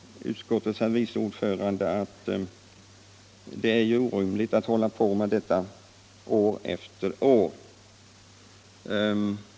Utskottets vice ordförande ansåg att det är orimligt att hålla på med detta år efter år.